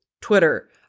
Twitter